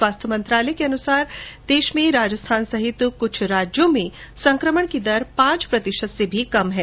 स्वास्थ्य मंत्रालय के अनुसार देश में राजस्थान सहित कुछ राज्यों में संकमण की दर पांच प्रतिशत से भी कम है